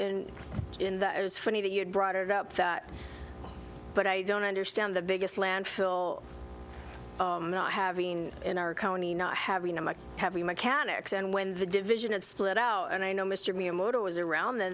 in in that it was funny that you brought it up that but i don't understand the biggest landfill not having in our county not having them i have the mechanics and when the division of split out and i know mr miyamoto was around the